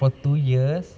for two years